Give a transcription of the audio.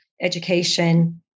education